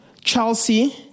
Chelsea